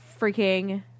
freaking